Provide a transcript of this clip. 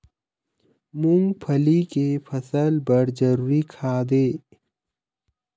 मूंगफली के फसल बर जरूरी खाद का ये?